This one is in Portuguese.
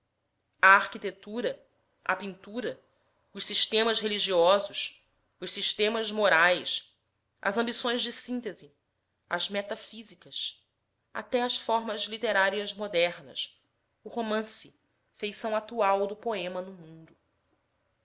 arquitetura a pintura os sistemas religiosos os sistemas morais as ambições de síntese as metafísicas até as formas literárias modernas o romance feição atual do poema no mundo